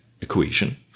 equation